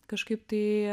kažkaip tai